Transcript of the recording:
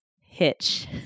hitch